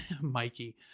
Mikey